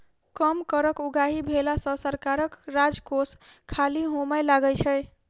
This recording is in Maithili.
कम कर उगाही भेला सॅ सरकारक राजकोष खाली होमय लगै छै